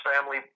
family